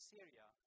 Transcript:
Syria